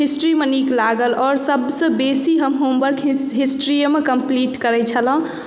हिस्ट्रीमे नीक लागल आओर सभसँ बेसी हम होमवर्क हिस् हिस्ट्रिएमे कम्प्लीट करैत छलहुँ